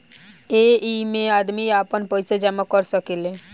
ऐइमे आदमी आपन पईसा जमा कर सकेले